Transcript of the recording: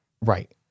right